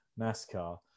NASCAR